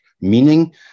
meaning